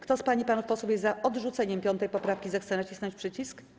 Kto z pań i panów posłów jest za odrzuceniem 5. poprawki, zechce nacisnąć przycisk.